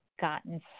gotten